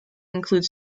include